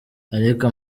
ariko